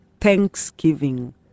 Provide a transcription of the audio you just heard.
thanksgiving